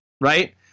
right